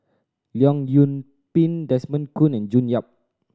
Leong Yoon Pin Desmond Kon and June Yap